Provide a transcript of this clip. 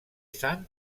sant